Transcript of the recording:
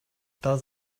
does